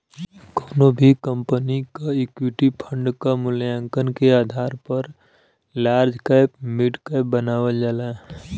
कउनो भी कंपनी क इक्विटी फण्ड क मूल्यांकन के आधार पर लार्ज कैप मिड कैप बतावल जाला